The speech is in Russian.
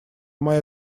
моя